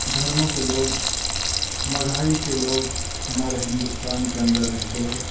دھرموں کے لوگ مذاہب کے لوگ ہمارے ہندوستان کے اندر رہتے ہے